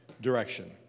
direction